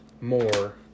more